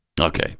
Okay